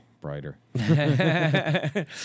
brighter